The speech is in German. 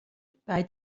bei